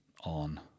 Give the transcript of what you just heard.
on